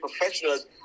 professionals